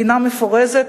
מדינה מפורזת,